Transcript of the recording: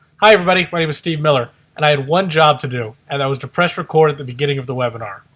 hi everybody! my name is steve miller and i had one job to do and that was to press record at the beginning of the webinar.